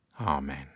Amen